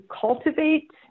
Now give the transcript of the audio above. cultivate